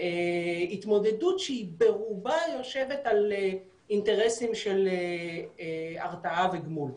להתמודדות שהיא ברובה יושבת על אינטרסים של הרתעה וגמול.